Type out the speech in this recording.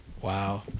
Wow